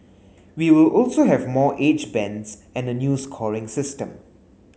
we will also have more age bands and a new scoring system